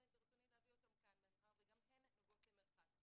ברצוני להביא אותן כאן מאחר וגם הן נוגעות למרחק.